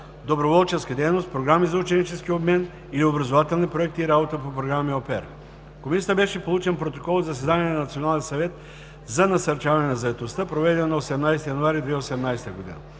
доброволческа дейност, програми за ученически обмен или образователни проекти и работа по програми „аu pair“. В Комисията беше получен протокол от заседание на Националния съвет за насърчаване на заетостта, проведено на 18 януари 2018 г.